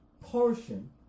portion